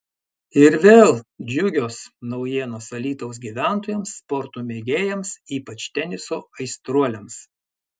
ir vėl džiugios naujienos alytaus gyventojams sporto mėgėjams ypač teniso aistruoliams